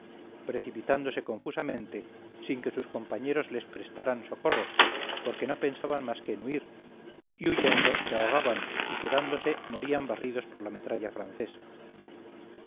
precipitándose confusamente sin que sus compañeros les prestaran socorro porque no pensaban más que en huir y huyendo se ahogaban y quedándose morían barridos por la metralla francesa